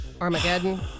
Armageddon